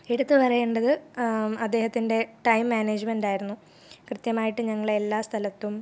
എടുത്തുപറയേണ്ടത് അദ്ദേഹത്തിൻ്റെ ടൈം മാനേജ്മെൻ്റായിരുന്നു കൃത്യമായിട്ട് ഞങ്ങളെ എല്ലാ സ്ഥലത്തും